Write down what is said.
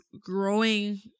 growing